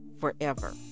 forever